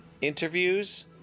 interviews